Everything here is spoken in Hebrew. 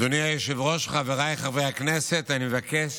אדוני היושב-ראש, חבריי חברי הכנסת, אני מבקש